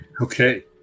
Okay